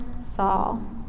Saul